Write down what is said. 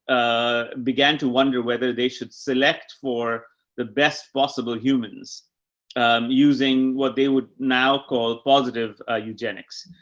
ah, began to wonder whether they should select for the best possible humans using what they would now call positive eugenics,